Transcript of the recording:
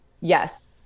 yes